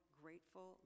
grateful